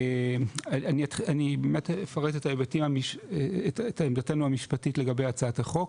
אני באמת אפרט את עמדתנו המשפטית לגבי הצעת החוק.